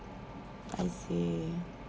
I see